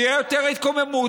תהיה יותר התקוממות.